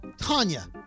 Tanya